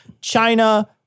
China